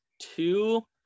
two